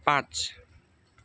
पाँच